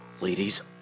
ladies